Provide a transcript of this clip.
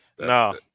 no